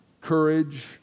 courage